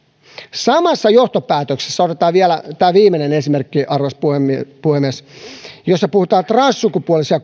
samassa johtopäätöksessä otetaan vielä viimeinen esimerkki arvoisa puhemies puhemies jossa puhutaan transsukupuolisia